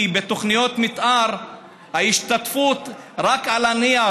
כי בתוכניות מתאר ההשתתפות היא רק על הנייר.